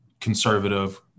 conservative